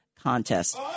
Contest